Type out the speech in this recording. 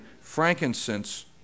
frankincense